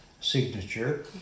signature